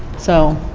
so,